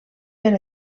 per